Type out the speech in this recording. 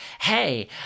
hey